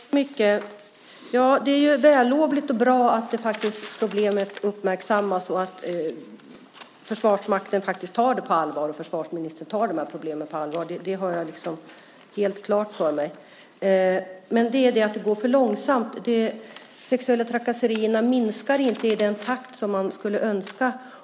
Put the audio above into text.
Herr talman! Det är vällovligt och bra att problemet uppmärksammas och att Försvarsmakten och försvarsministern tar det på allvar. Det har jag helt klart för mig. Men det går för långsamt. De sexuella trakasserierna minskar inte i den takt som man skulle önska.